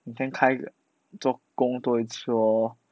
明天开个做工多一次咯